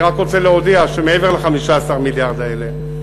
אני רק רוצה להודיע שמעבר ל-15 מיליארד האלה,